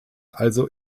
also